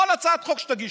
כל הצעת חוק שתגישו.